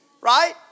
Right